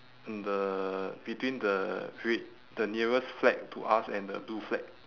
in the between the red the nearest flag to us and the blue flag